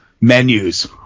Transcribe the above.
Menus